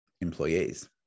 employees